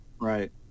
Right